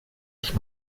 ich